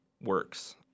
works